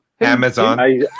Amazon